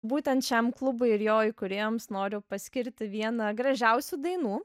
būtent šiam klubui ir jo įkūrėjoms noriu paskirti vieną gražiausių dainų